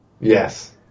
Yes